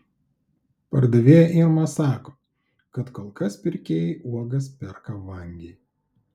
pardavėja irma sako kad kol kas pirkėjai uogas perka vangiai